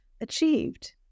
achieved